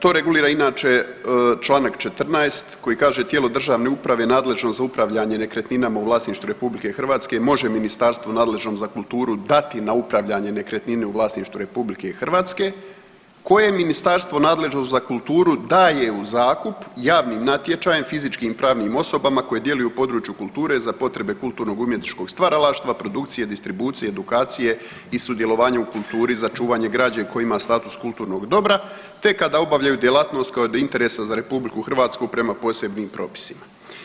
To regulira inače Članak 14. koji kaže, tijelo državne uprave nadležno za upravljanje nekretninama u vlasništvu RH može ministarstvu nadležnom za kulturu dati na upravljanje nekretnine u vlasništvu RH koje ministarstvo nadležno za kulturu daje u zakup javnim natječajem fizičkim i pravnim osobama koje djeluju u području kulture za potrebe kulturno umjetničkog stvaralaštva, produkcije, distribucije, edukacije i sudjelovanja u kulturi za čuvanje građe koje ima status kulturnog dobra te kada obavljaju djelatnost koja je od interesa za RH prema posebnim propisima.